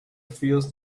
feels